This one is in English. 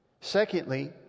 Secondly